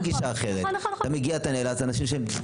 גישה אחרת ואנשים שמגיעים נאלצים להגיע ברכבם.